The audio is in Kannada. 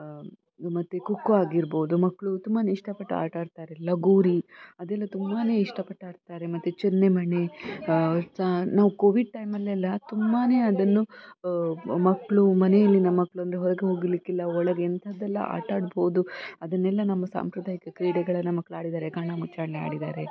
ಮತ್ತೆ ಖೋ ಖೋ ಆಗಿರ್ಬೌದು ಮಕ್ಕಳು ತುಂಬಾ ಇಷ್ಟಪಟ್ಟು ಆಟ ಆಡ್ತಾರೆ ಲಗೋರಿ ಅದೆಲ್ಲ ತುಂಬಾ ಇಷ್ಟಪಟ್ಟು ಆಡ್ತಾರೆ ಮತ್ತು ಚೆನ್ನೆ ಮಣೆ ನಾವು ಕೋವಿಡ್ ಟೈಮಲ್ಲೆಲ್ಲ ತುಂಬಾ ಅದನ್ನು ಮಕ್ಕಳು ಮನೆಯಲ್ಲಿನ ಮಕ್ಳು ಅಂದರೆ ಹೊರ್ಗೆ ಹೋಗಲಿಕ್ಕಿಲ್ಲ ಒಳಗೆ ಎಂಥದ್ದೆಲ್ಲ ಆಟ ಆಡ್ಬೌದು ಅದನ್ನೆಲ್ಲ ನಮ್ಮ ಸಾಂಪ್ರದಾಯಿಕ ಕ್ರೀಡೆಗಳನ್ನು ಮಕ್ಳು ಆಡಿದ್ದಾರೆ ಕಣ್ಣ ಮುಚ್ಚಾಲೆ ಆಡಿದ್ದಾರೆ